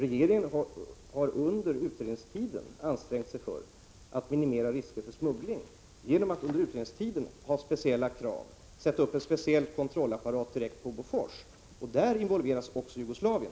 Regeringen har under utredningstiden ansträngt sig för att minimera risk för smuggling genom att ställa speciella krav under transporten och genom en specialkontrollapparat på Bofors. Där involveras även Jugoslavien.